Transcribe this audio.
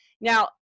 Now